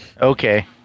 okay